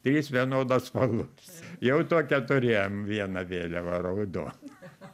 trys vienodos spalvos jau tokią turėjom vieną vėliavą raudoną